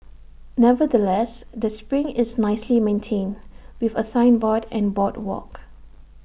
nevertheless the spring is nicely maintained with A signboard and boardwalk